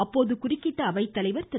அப்போது குறுக்கிட்ட அவைத்தலைவர் திரு